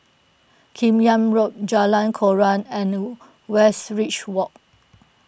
Kim Yam Road Jalan Koran and Westridge Walk